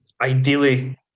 ideally